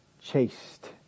chased